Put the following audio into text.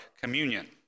communion